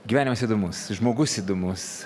gyvenimas įdomus žmogus įdomus